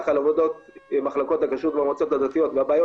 על עבודת מחלקות הכשרות במועצות הדתיות והבעיות